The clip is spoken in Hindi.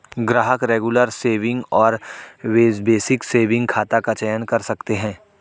ग्राहक रेगुलर सेविंग और बेसिक सेविंग खाता का चयन कर सकते है